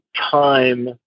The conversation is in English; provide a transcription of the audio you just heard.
time